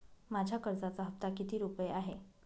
माझ्या कर्जाचा हफ्ता किती रुपये आहे?